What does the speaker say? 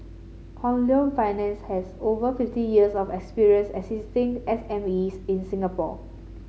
Hong Leong Finance has over fifty years of experience assisting S M Es in Singapore